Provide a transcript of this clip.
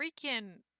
freaking